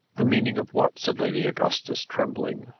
the meaning of what? said lady augustus, trembling.